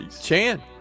Chan